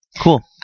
Cool